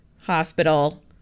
hospital